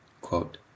Quote